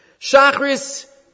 Shachris